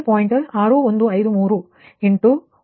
6153 into 1